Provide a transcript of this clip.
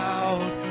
out